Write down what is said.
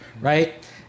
Right